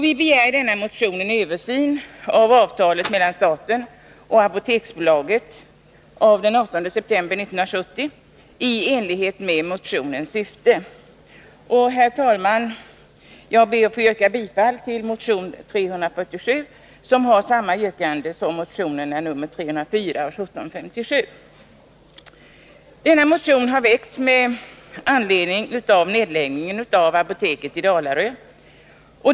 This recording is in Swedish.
Vi begär i denna motion en översyn av avtalet mellan staten och Apoteksbolaget av den 18 september 1970 i enlighet med motionens syfte. Och jag ber, herr talman, att få yrka bifall till motion 347, som har samma yrkande som motionerna 304 och 1757. Motionen 347 har väckts med anledning av nedläggningen av apoteket i Dalarö.